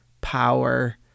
power